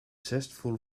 zestful